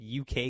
UK